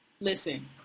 listen